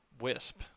Wisp